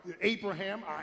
Abraham